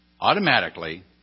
automatically